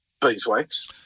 Beeswax